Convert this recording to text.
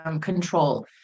control